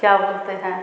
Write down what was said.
क्या बोलते हैं